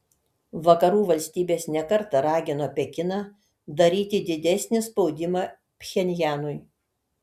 vakarų valstybės ne kartą ragino pekiną daryti didesnį spaudimą pchenjanui